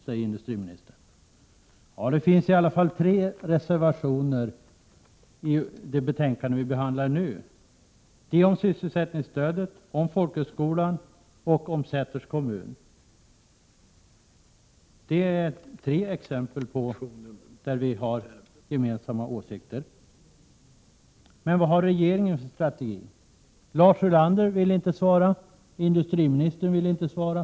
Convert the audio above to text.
Det finns i varje fall tre sådana reservationer, nämligen reservationerna om sysselsättningsstödet, om folkhögskolan och om Säters kommun. Dessa reservationer ger tre exempel på frågor där vi har gemensamma åsikter. Men vad har regeringen för strategi? På den frågan ville Lars Ulander och industriministern inte svara.